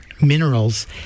minerals